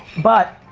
but,